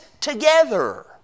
together